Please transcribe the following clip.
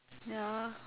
ya